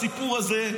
הסיפור הזה,